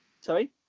Sorry